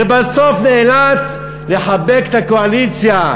ובסוף נאלץ לחבק את הקואליציה: